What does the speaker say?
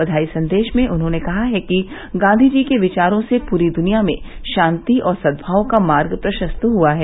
बघाई संदेश में उन्होंने कहा है कि गांधी जी के विवारो से पूरी दुनिया में शांति और सद्भाव का मार्ग प्रशस्त हुआ है